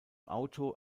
auto